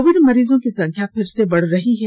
Covid मरीजों की संख्या फिर से बढ़ रही है